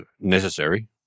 necessary